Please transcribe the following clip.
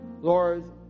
Lord